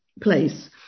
place